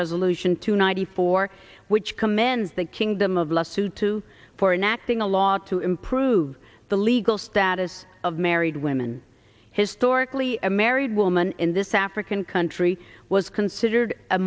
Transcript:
resolution two ninety four which commands the kingdom of last two to four enacting a law to improve the legal status of married women historically a married woman in this african country was considered a